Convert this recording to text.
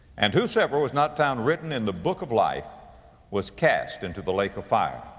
and whosoever was not found written in the book of life was cast into the lake of fire.